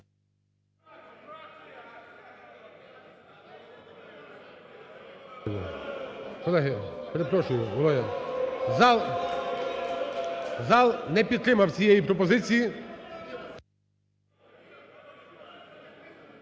Зал не підтримав цієї пропозиції.